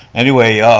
anyway.